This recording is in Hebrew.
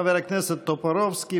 חבר הכנסת טופורובסקי,